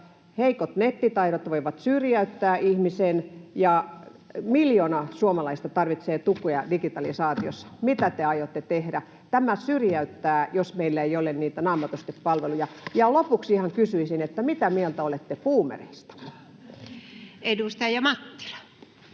”Heikot nettitaidot voivat syrjäyttää ihmisen” ja ”Miljoona suomalaista tarvitsee tukea digitalisaatiossa”. Mitä te aiotte tehdä? Tämä syrjäyttää, jos meillä ei ole niitä naamatusten-palveluja. Ja lopuksi ihan kysyisin: mitä mieltä olette boomereista? [Speech 115]